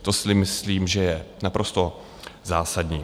To si myslím, že je naprosto zásadní.